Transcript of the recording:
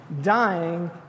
dying